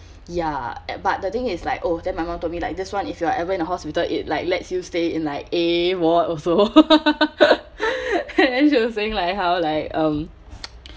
ya eh but the thing is like oh then my mom told me like this one if you're ever in a hospital it like lets you stay in like award also and she was saying like how like um